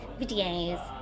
videos